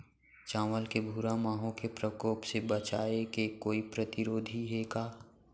चांवल के भूरा माहो के प्रकोप से बचाये के कोई प्रतिरोधी हे का?